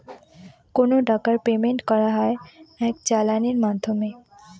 কোনো টাকার পেমেন্ট করা হয় এক চালানের মাধ্যমে